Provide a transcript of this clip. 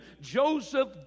Joseph